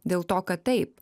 dėl to kad taip